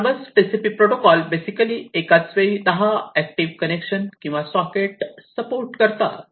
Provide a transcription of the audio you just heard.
Modbus TCP protocol basically एका वेळी 10 active connection किंवा सॉकेट सपोर्ट करतात